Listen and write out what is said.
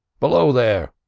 below there!